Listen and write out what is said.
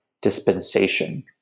dispensation